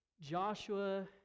Joshua